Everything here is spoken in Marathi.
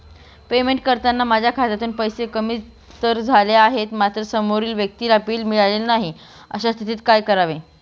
पेमेंट करताना माझ्या खात्यातून पैसे कमी तर झाले आहेत मात्र समोरील व्यक्तीला बिल मिळालेले नाही, अशा स्थितीत काय करावे?